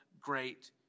great